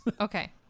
Okay